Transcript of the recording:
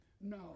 No